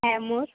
Havmor